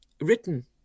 written